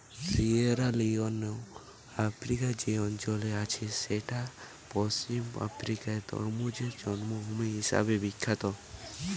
Sierra Leone আফ্রিকার যে অঞ্চলে আছে সেইটা পশ্চিম আফ্রিকার তরমুজের জন্মভূমি হিসাবে বিখ্যাত